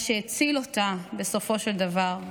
מה שהציל אותה בסופו של דבר.